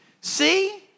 See